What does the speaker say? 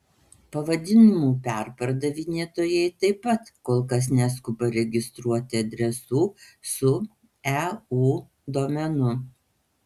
pavadinimų perpardavinėtojai taip pat kol kas neskuba registruoti adresų su eu domenu